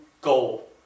goal